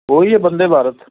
ਉਹ ਹੀ ਆ ਬੰਦੇ ਭਾਰਤ